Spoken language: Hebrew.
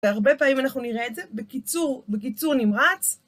והרבה פעמים אנחנו נראה את זה, בקיצור נמרץ.